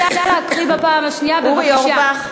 אורי אורבך,